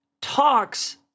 talks